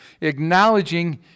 acknowledging